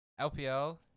LPL